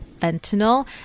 fentanyl